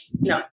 No